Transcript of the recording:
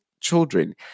children